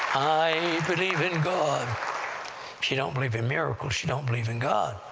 i believe in god! if you don't believe in miracles, you don't believe in god!